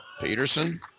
Peterson